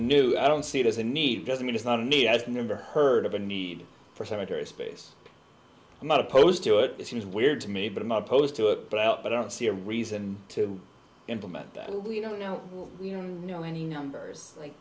new i don't see it as a need doesn't mean it's not needed it's never heard of a need for cemetery space i'm not opposed to it it seems weird to me but i'm opposed to it but out but i don't see a reason to implement that lino you know we don't know any numbers like